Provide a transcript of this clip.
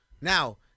Now